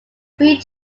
three